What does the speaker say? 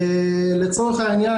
לצורך העניין,